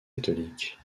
catholique